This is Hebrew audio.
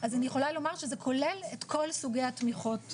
אז אני יכולה לומר שזה כולל את כל סוגי התמיכות.